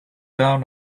down